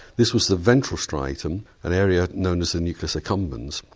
this was the ventral striatum, an area known as the nucleus accumbens,